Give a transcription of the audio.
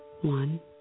One